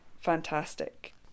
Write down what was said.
fantastic